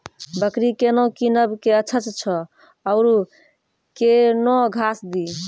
बकरी केना कीनब केअचछ छ औरू के न घास दी?